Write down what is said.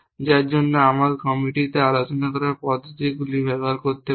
যার জন্য আমরা কমিটিতে আলোচনা করা পদ্ধতিগুলি ব্যবহার করতে পারি